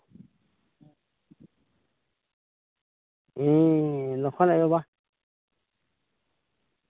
ᱤᱧᱻ ᱞᱚᱠᱽᱠᱷᱚᱱ ᱟᱡ ᱵᱟᱵᱟ